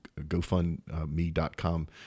gofundme.com